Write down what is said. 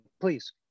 please